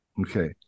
Okay